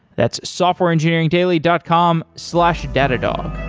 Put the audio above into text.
that's softwareengineeringdaily dot com slash datadog.